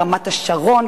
רמת-השרון,